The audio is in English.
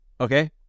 okay